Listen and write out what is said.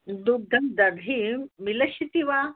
दुग्धं दधिः मिलिष्यति वा